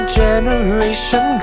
generation